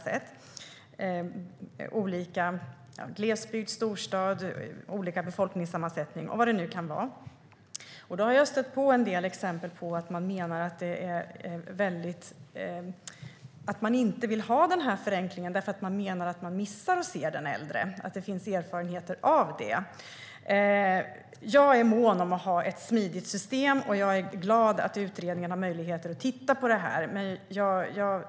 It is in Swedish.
Det kan handla om glesbygd, storstad, olika befolkningssammansättning och vad det nu kan vara. Då har jag stött på en del exempel på att man inte vill ha den här förenklingen, för man menar att man missar att se den äldre. Det finns alltså erfarenheter av detta. Jag är mån om att ha ett smidigt system, och jag är glad att utredningen har möjlighet att titta på det här.